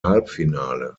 halbfinale